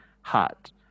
heart